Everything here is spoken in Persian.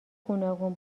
گوناگون